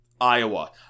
Iowa